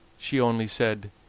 she only said